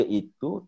itu